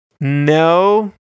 No